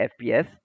FPS